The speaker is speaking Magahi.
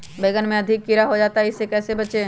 बैंगन में अधिक कीड़ा हो जाता हैं इससे कैसे बचे?